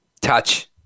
touch